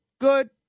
Good